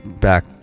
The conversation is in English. back